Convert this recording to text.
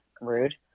rude